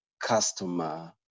customer